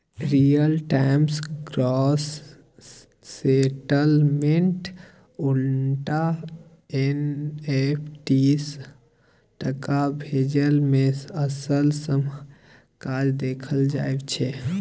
real time gross सेटलमेंटक उनटा NFT सँ टका भेजय मे असल समयक काज देखल जाइ छै